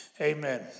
amen